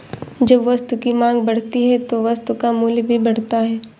जब वस्तु की मांग बढ़ती है तो वस्तु का मूल्य भी बढ़ता है